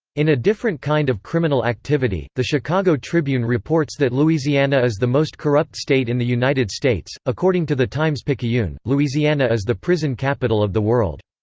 in a different kind of criminal activity, the chicago tribune reports that louisiana is the most corrupt state in the united states according to the times picayune, louisiana is the prison capital of the world.